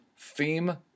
theme